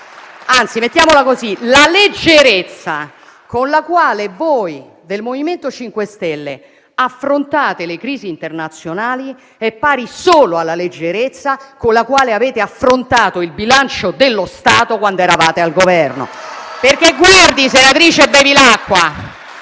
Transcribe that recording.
Mettiamola così, la leggerezza con la quale voi del MoVimento 5 Stelle affrontate le crisi internazionali è pari solo a quella con la quale avete affrontato il bilancio dello Stato quando eravate al Governo. *(Applausi. Commenti)*. Senatrice Bevilacqua,